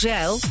Zijl